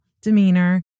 demeanor